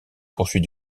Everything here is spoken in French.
poursuit